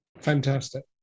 fantastic